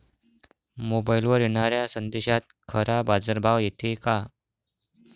मोबाईलवर येनाऱ्या संदेशात खरा बाजारभाव येते का?